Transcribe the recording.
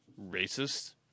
Racist